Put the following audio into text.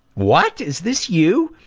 what? is this you?